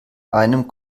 einem